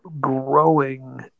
growing